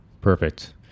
Perfect